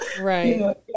Right